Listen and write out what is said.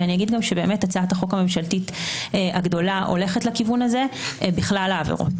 והצעת החוק הממשלתית הגדולה הולכת לכיוון הזה בכלל העבירות.